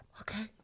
Okay